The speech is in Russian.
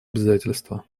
обязательства